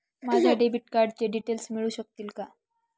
माझ्या डेबिट कार्डचे डिटेल्स मिळू शकतील का?